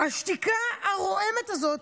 השתיקה הרועמת הזאת